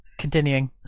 continuing